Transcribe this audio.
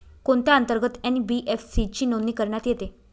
कोणत्या अंतर्गत एन.बी.एफ.सी ची नोंदणी करण्यात येते?